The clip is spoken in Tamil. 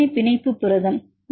ஏ பிணைப்பு புரதம்